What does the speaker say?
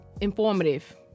informative